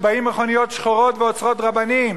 שבאות מכוניות שחורות ועוצרות רבנים.